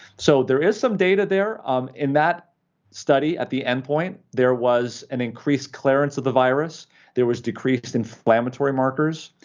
so there is some data there um in that study. at the end point, there was an increased clearance of the virus there was decreased inflammatory markers.